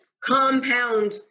compound